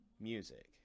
music